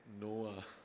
Noah